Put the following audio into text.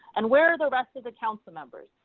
and where are the rest of the council members?